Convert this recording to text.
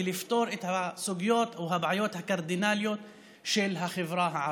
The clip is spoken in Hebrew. ולפתור את הסוגיות או הבעיות הקרדינליות של החברה הערבית.